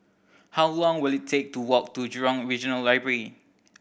how long will it take to walk to Jurong Regional Library